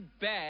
bad